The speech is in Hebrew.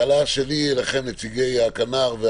אני רוצה להפנות שאלה לנציגי הכנ"ר והממשלה.